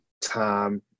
time